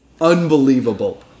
Unbelievable